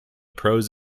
pros